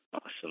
Awesome